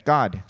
God